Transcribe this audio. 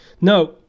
No